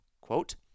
quote